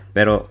Pero